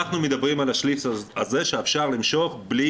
אנחנו מדברים על השליש הזה שאפשר למשוך בלי